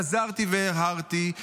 חזרתי והרהרתי,